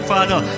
Father